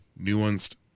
nuanced